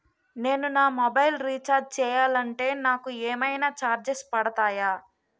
నేను నా mobile recharge చేయాలంటే నాకు ఏమైనా చార్జెస్ పడతాయా?